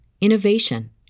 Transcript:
innovation